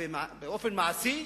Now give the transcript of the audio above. באופן מעשי,